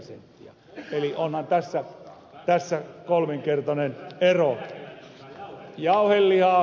eli onhan tässä kolminkertainen ero